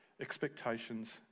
Expectations